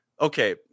okay